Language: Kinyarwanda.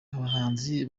abahanzi